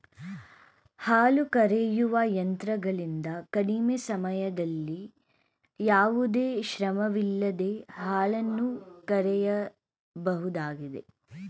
ಹಾಲು ಕರೆಯುವ ಯಂತ್ರಗಳಿಂದ ಕಡಿಮೆ ಸಮಯದಲ್ಲಿ ಯಾವುದೇ ಶ್ರಮವಿಲ್ಲದೆ ಹಾಲನ್ನು ಕರೆಯಬಹುದಾಗಿದೆ